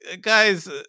guys